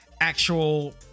actual